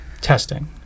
Testing